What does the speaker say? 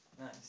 Nice